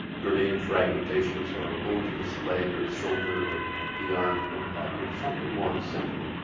grenade fragmentations or wound to this leg or the shoulder or the arm, or what have you, something more simple,